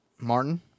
Martin